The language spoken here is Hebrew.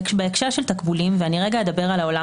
בהקשר של תקבולים, ורגע אדבר על העולם